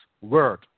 word